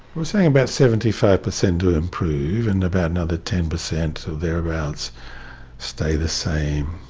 we're seeing about seventy five percent will improve and about another ten percent or thereabouts stay the same,